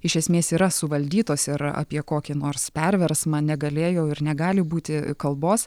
iš esmės yra suvaldytos ir apie kokį nors perversmą negalėjo ir negali būti kalbos